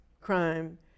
crime